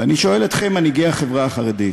ואני שואל אתכם, מנהיגי החברה החרדית: